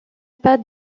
pas